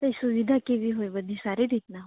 ત્યાં સુવિધા કેવી હોય બધી સારી રીતના હોય